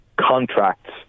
contracts